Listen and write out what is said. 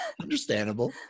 understandable